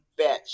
bitch